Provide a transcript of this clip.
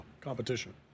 competition